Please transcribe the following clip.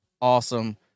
awesome